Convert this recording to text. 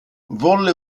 volle